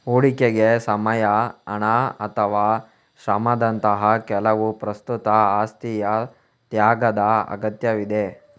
ಹೂಡಿಕೆಗೆ ಸಮಯ, ಹಣ ಅಥವಾ ಶ್ರಮದಂತಹ ಕೆಲವು ಪ್ರಸ್ತುತ ಆಸ್ತಿಯ ತ್ಯಾಗದ ಅಗತ್ಯವಿದೆ